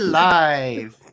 live